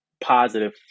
positive